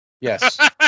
Yes